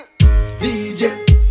DJ